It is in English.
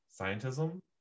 Scientism